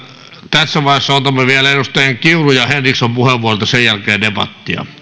tässä vaiheessa otamme vielä edustajien kiuru ja henriksson puheenvuorot ja sen jälkeen debattia